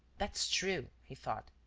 that's true, he thought.